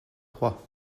trois